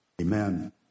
Amen